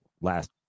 last